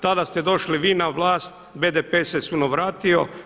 Tada ste došli vi na vlast, BDP-e se sunovratio.